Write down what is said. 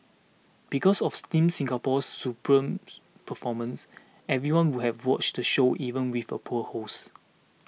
because of Team Singapore's superb performances everyone would have watched the show even with a poor host